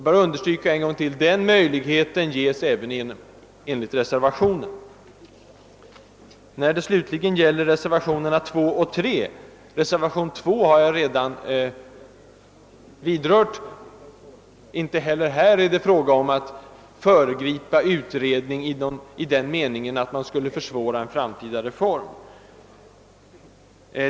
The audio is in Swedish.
Jag vill då än en gång understryka att den möjligheten ges även enligt reservationen. Beträffande reservationen II vill jag framhålla att det inte heller här är fråga om att föregripa en utredning i den meningen att man skulle försvåra en framtida reform.